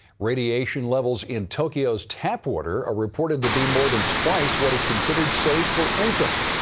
radiation levels in tokyos tap water are reported to be more than twice what is considered safe for infants.